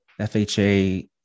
FHA